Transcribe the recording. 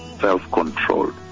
Self-controlled